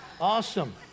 Awesome